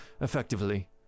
effectively